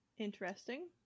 interesting